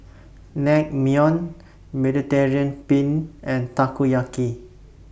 Naengmyeon Mediterranean Penne and Takoyaki